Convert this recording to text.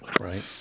right